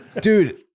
Dude